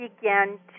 began